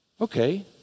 Okay